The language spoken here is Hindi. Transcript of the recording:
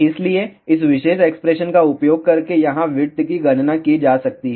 इसलिए इस विशेष एक्सप्रेशन का उपयोग करके यहां विड्थ की गणना की जा सकती है